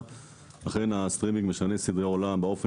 אכן הסטרימינג משנה סדרי עולם באופן